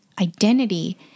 identity